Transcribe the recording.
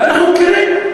ואנחנו מכירים,